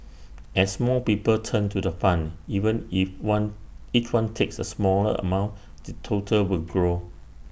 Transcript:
as more people turn to the fund even if one each one takes A smaller amount the total will grow